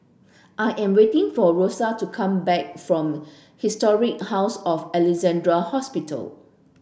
I am waiting for Rosa to come back from Historic House of Alexandra Hospital